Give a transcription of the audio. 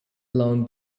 blown